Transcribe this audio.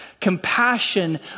Compassion